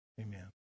Amen